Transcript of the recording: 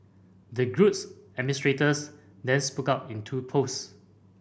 the group's administrators then spoke out in two post